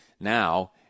now